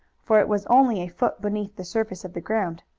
for it was only a foot beneath the surface of the ground.